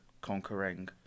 conquering